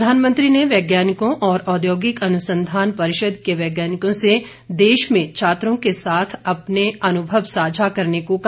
प्रधानमंत्री ने वैज्ञानिकों और औद्योगिक अनुसंधान परिषद के वैज्ञानिकों से देश में छात्रों के साथ अपने अनुभव साझा करने को कहा